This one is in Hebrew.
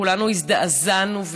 כולנו הזדעזענו,